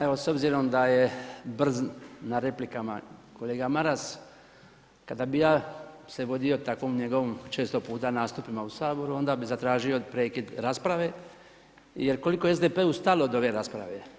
Evo s obzirom da je brz na replikama, kolega Maras kada bi ja se vodio takvom njegovom, često puta nastupno u Saboru onda bi zatražio prekid rasprave, jer koliko je SDP-u stalo do ove rasprave?